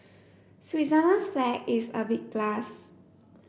Switzerland's flag is a big plus